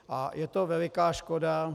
A je to veliká škoda.